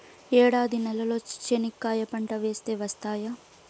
ఎడారి నేలలో చెనక్కాయ పంట వేస్తే వస్తాయా?